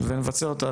ונבצע אותה.